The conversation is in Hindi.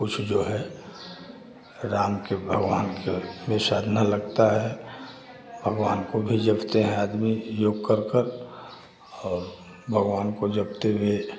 कुछ जो है राम के भगवान के भी साधना लगता है भगवान को भी जपते हैं आदमी योग करकर और भगवान को जपते हुए